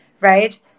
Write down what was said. right